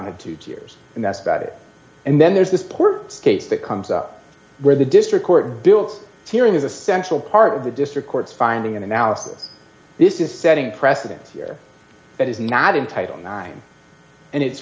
had to two years and that's about it and then there's this poor case that comes up where the district court deals tearing is essential part of the district court's finding in analysis this is setting a precedent here that is not in title nine and it's